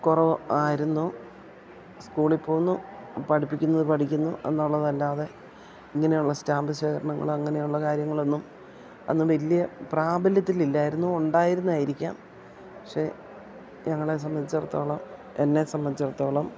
കുറവ് ആയിരുന്നു സ്കൂളിൽ പോവുന്നു പഠിപ്പിക്കുന്നത് പഠിക്കുന്നു എന്നുള്ളതല്ലാതെ ഇങ്ങനെയുള്ള സ്റ്റാമ്പ് ശേഖരണങ്ങളോ അങ്ങനെയുള്ള കാര്യങ്ങളൊന്നും അന്ന് വലിയ പ്രാബല്യത്തിലില്ലായിരുന്നു ഉണ്ടായിരുന്നായിരിക്കാം പക്ഷെ ഞങ്ങളെ സംബന്ധിച്ചിടത്തോളം എന്നെ സംബന്ധിച്ചിടത്തോളം